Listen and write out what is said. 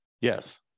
Yes